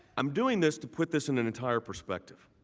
i'm doing this to put this in an entire perspective.